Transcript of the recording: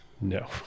no